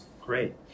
Great